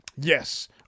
Yes